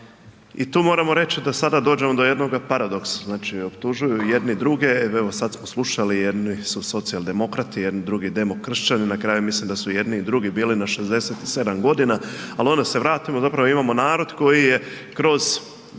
I tu moramo reći da sada dođemo do jednog paradoksa, optužuju jedni druge, evo sada smo slušali jedni su socijaldemokrati drugi demokršćani, na kraju mislim da su jedni i drugi bili na 67 godina, ali onda se vratimo zapravo imamo narod koji je kroz